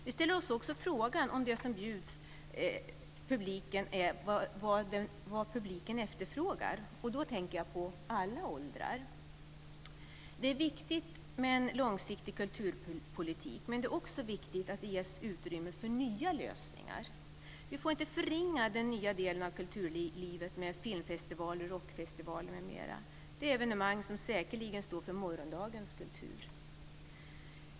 Vi ställer oss också frågan om det som erbjuds publiken är det som publiken efterfrågar. Då tänker jag på alla åldrar. Det är viktigt med en långsiktig kulturpolitik, men det är också viktigt att det ges utrymme för nya lösningar. Vi får inte förringa den nya delen av kulturlivet med filmfestivaler, rockfestivaler, m.m. Det är evenemang som säkerligen står för morgondagens kultur.